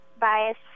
bias